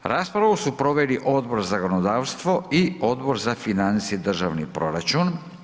Raspravu su proveli Odbor za zakonodavstvo i Odbor za financije i državni proračun.